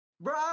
Bro